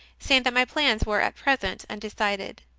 saying that my plans were at present undecided.